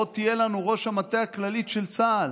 בוא תהיה לנו ראש המטה הכללי של צה"ל.